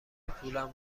پولم